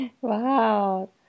wow